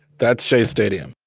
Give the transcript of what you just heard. that's shea stadium.